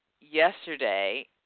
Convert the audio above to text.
yesterday